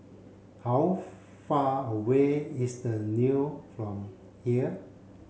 how far away is The Leo from here